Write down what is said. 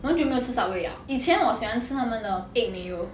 我很久没有吃 subway 了以前我喜欢吃他们的 egg mayo